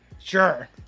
Sure